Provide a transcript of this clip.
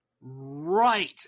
right